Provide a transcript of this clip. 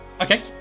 Okay